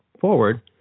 forward